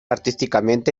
artísticamente